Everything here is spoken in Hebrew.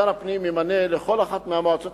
שר הפנים ימנה לכל אחת מהמועצות